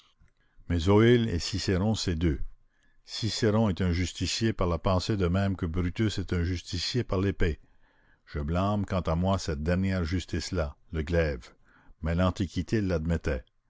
mais zoïle et cicéron c'est deux cicéron est un justicier par la pensée de même que brutus est un justicier par l'épée je blâme quant à moi cette dernière justice là le glaive mais l'antiquité